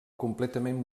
completament